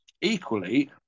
Equally